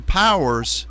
powers